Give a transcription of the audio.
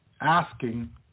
asking